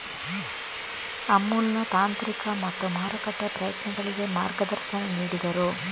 ಅಮುಲ್ನ ತಾಂತ್ರಿಕ ಮತ್ತು ಮಾರುಕಟ್ಟೆ ಪ್ರಯತ್ನಗಳಿಗೆ ಮಾರ್ಗದರ್ಶನ ನೀಡಿದರು